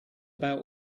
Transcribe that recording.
about